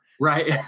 Right